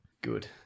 good